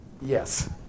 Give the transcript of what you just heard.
yes